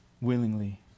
willingly